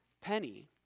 penny